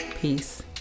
Peace